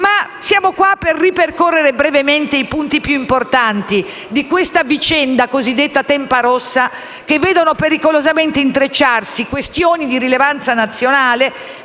Ma siamo qui per ripercorrere brevemente i punti più importanti della cosiddetta vicenda Tempa Rossa, che vedono pericolosamente intrecciarsi questioni di rilevanza nazionale.